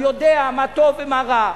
הוא יודע מה טוב, ומה רע.